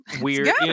weird